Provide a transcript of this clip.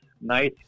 nice